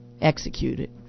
executed